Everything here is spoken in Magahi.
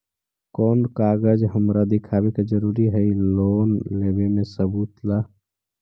कौन कागज हमरा दिखावे के जरूरी हई लोन लेवे में सबूत ला?